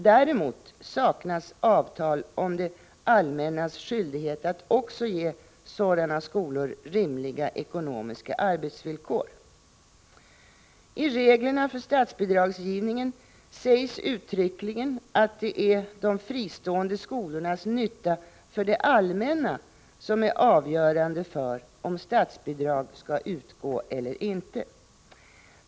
Däremot saknas avtal om det allmännas skyldighet att också ge sådana skolor rimliga ekonomiska arbetsvillkor. I reglerna för statsbidragsgivningen sägs uttryckligen att det är de fristående skolornas nytta för det allmänna som är avgörande för om statsbidrag skall utgå eller inte.